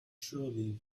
surely